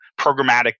programmatic